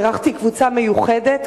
אירחתי קבוצה מיוחדת,